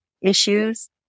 issues